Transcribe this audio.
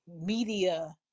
media